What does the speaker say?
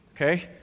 okay